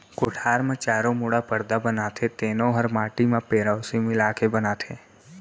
कोठार म चारों मुड़ा परदा बनाथे तेनो हर माटी म पेरौसी मिला के बनाथें